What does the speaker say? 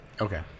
Okay